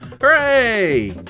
Hooray